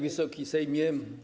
Wysoki Sejmie!